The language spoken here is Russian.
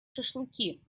шашлыки